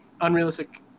unrealistic